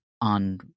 on